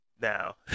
Now